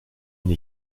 une